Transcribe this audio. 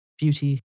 Beauty